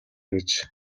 гэж